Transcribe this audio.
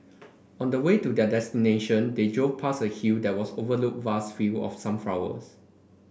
on the way to their destination they drove past a hill that was overlooked vast field of sunflowers